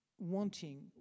wanting